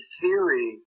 theory